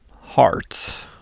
hearts